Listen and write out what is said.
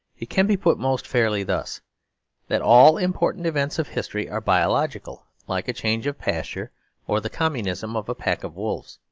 it can be put most fairly thus that all important events of history are biological, like a change of pasture or the communism of a pack of wolves.